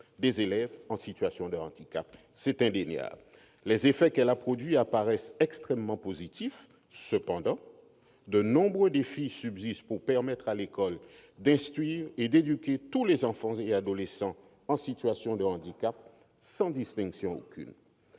des élèves en situation de handicap- c'est indéniable. Les effets qu'elle a produits apparaissent extrêmement positifs. Cependant, de nombreux défis subsistent sur le chemin qui doit permettre à l'école d'instruire et d'éduquer tous les enfants et adolescents en situation de handicap, sans distinction aucune.